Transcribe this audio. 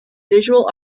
visual